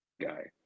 guy